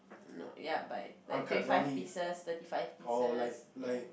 no ya but like twenty five pieces thirty five pieces